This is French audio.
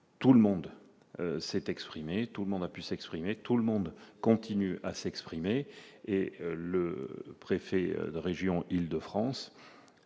tout le monde s'est exprimé tout le monde a pu s'exprimer tout le monde continue à s'exprimer et le préfet de région Île-de-France